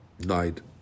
died